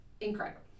incredible